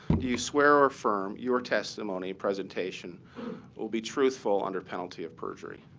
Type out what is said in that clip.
do you swear or affirm your testimony presentation will be truthful under penalty of perjury?